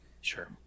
sure